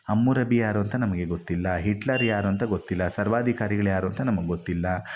Hammurabi ಯಾರು ಅಂತ ನಮಗೆ ಗೊತ್ತಿಲ್ಲ ಹಿಟ್ಲರ್ ಯಾರು ಅಂತ ಗೊತ್ತಿಲ್ಲ ಸರ್ವಾಧಿಕಾರಿಗಳು ಯಾರು ಅಂತ ನಮ್ಗೆ ಗೊತ್ತಿಲ್ಲ